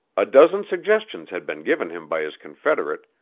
a dozen suggestions had been given him by his confederate,